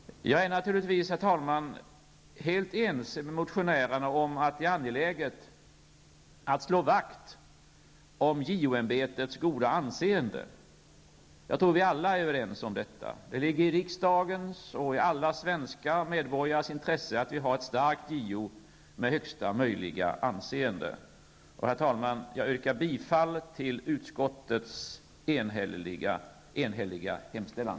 Jag är naturligtvis helt ense med motionärerna om att det är angeläget att slå vakt om JO-ämbetets goda anseende. Jag tror att vi alla är överens om detta. Det ligger i riksdagens och i alla svenska medborgares intresse att vi har ett starkt JO-ämbete med högsta möjliga anseende. Herr talman! Jag yrkar bifall till utskottets enhälliga hemställan.